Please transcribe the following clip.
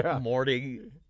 morning